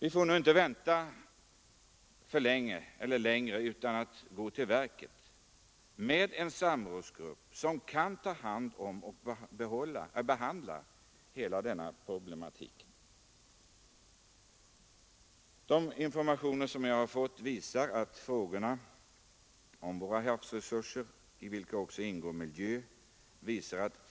Vi kan inte vänta längre utan måste gå till verket med en samrådsgrupp som kan behandla hela denna problematik. De informationer som jag har fått visar att flera departement arbetar med frågorna om våra havsresurser, bland vilka också ingår miljöfrågor.